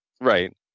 Right